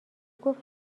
گفت